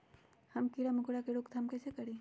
हम किरा मकोरा के रोक थाम कईसे करी?